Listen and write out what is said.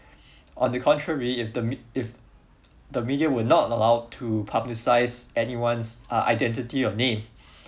on the contrary if the if the media would not allow to publicise anyone's uh identity or name